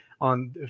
on